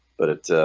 but it